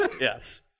yes